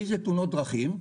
איזה תאונות דרכים?